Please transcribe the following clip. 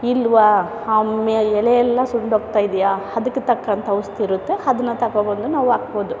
ಇಲ್ವಾ ಆ ಮ್ಯ ಎಲೆಯೆಲ್ಲ ಸುಂಡೋಗ್ತಾಯಿದ್ಯಾ ಅದಕ್ಕೆ ತಕ್ಕಂತಹ ಔಷ್ಧಿ ಇರುತ್ತೆ ಅದನ್ನು ತಗೊಂಡ್ಬಂದು ನಾವು ಹಾಕ್ಬೋದು